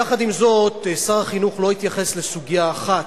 יחד עם זאת, שר החינוך לא התייחס לסוגיה אחת,